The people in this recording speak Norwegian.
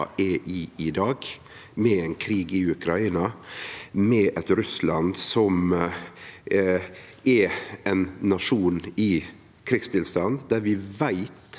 er i i dag, med krig i Ukraina og med eit Russland som er ein nasjon i krigstilstand. Vi veit